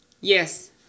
Yes